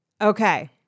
Okay